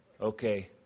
okay